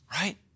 Right